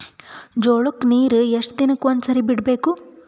ಜೋಳ ಕ್ಕನೀರು ಎಷ್ಟ್ ದಿನಕ್ಕ ಒಂದ್ಸರಿ ಬಿಡಬೇಕು?